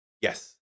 Yes